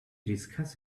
discuss